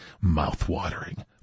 Mouth-watering